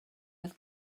oedd